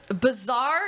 bizarre